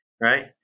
Right